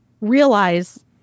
realize